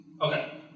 Okay